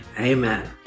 Amen